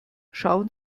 schauen